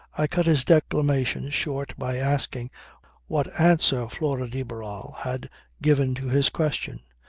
i cut his declamation short by asking what answer flora de barral had given to his question.